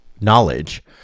knowledge